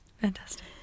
Fantastic